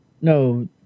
No